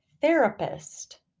therapist